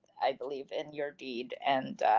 i believe in your deed and.